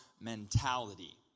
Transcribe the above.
mentality